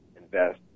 invest